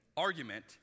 argument